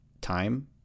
time